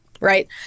right